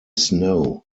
snow